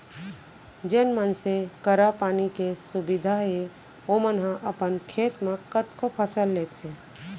जेन मनसे करा पानी के सुबिधा हे ओमन ह अपन खेत म कतको फसल लेथें